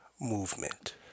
movement